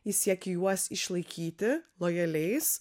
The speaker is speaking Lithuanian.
į siekį juos išlaikyti lojaliais